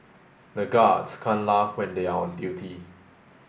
the guards can't laugh when they are on duty